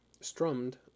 strummed